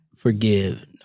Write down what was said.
forgive